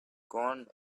gone